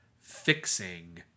fixing